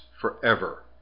forever